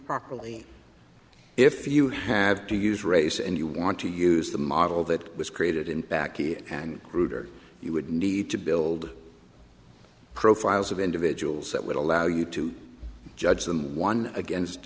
improperly if you have to use race and you want to use the model that was created in baccy and cruder you would need to build profiles of individuals that would allow you to judge them one against